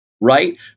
Right